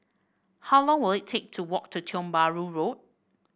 how long will it take to walk to Tiong Bahru Road